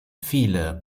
viele